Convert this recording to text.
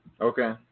Okay